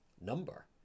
number